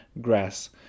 grass